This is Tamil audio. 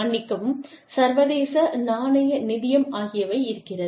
மன்னிக்கவும் சர்வதேச நாணய நிதியம் ஆகியவை இருக்கிறது